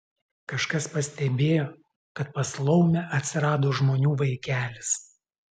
kažkas pastebėjo kad pas laumę atsirado žmonių vaikelis